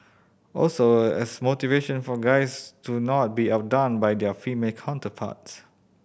also as motivation for guys to not be outdone by their female counterparts